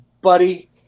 buddy